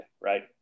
right